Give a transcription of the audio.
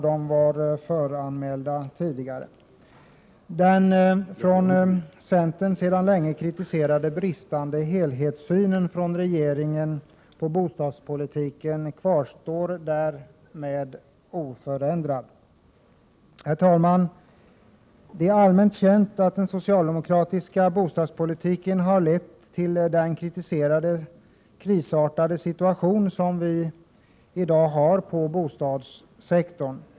Den av centern sedan länge kritiserade bristen på helhetssyn från regeringens sida på bostadspolitiken kvarstår därmed oförändrad. Herr talman! Det är allmänt känt att den socialdemokratiska bostadspolitiken harlett till den krisartade situation som vi i dag har inom bostadssektorn.